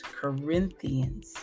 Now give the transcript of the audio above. Corinthians